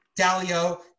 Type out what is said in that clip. Dalio